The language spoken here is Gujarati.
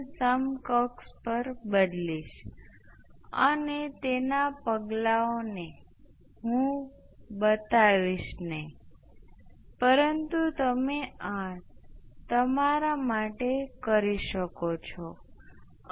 અને આ ખરેખર છે સમકક્ષ આપણે જોઈ શકીએ છીએ કે આ બે ઇન્ડકટર શ્રેણીમાં છે આ બે અવરોધ શ્રેણીમાં છે